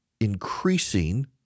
increasing